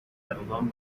اقدام